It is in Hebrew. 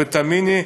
ותאמיני,